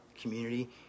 community